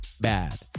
Bad